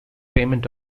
payment